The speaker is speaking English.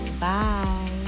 Bye